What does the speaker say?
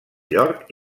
york